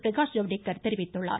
பிரகாஷ் ஜவ்டேகர் தெரிவித்துள்ளார்